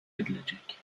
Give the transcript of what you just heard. edilecek